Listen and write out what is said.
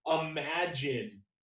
imagine